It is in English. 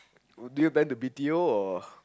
do you plan to b_t_o or